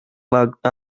locked